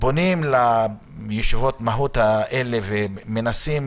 פונים לישיבות המהות האלה ומנסים